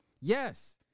Yes